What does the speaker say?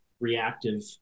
reactive